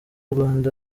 rwanda